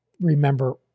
remember